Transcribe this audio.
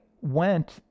went